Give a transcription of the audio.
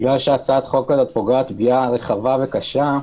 מכיוון שהצעת החוק הזאת פוגעת פגיעה רחבה וקשה,